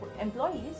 employees